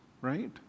right